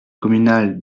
communale